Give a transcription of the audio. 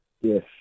Yes